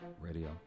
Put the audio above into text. Radio